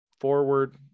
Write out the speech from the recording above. Forward